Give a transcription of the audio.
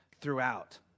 throughout